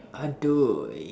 adoi